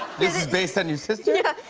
this is based on your sister? yeah.